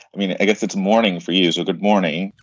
i mean i guess it's morning four years. good morning.